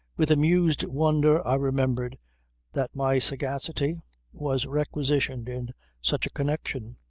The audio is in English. with amused wonder i remembered that my sagacity was requisitioned in such a connection.